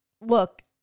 look